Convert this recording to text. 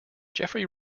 jeffery